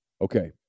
Okay